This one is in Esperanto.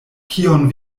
kion